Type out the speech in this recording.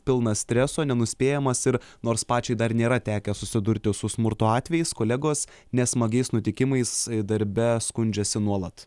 pilnas streso nenuspėjamas ir nors pačiai dar nėra tekę susidurti su smurto atvejais kolegos nesmagiais nutikimais darbe skundžiasi nuolat